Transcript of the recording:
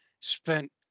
spent